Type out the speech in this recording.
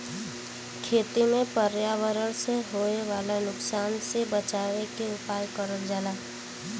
खेती में पर्यावरण से होए वाला नुकसान से बचावे के उपाय करल जाला